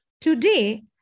Today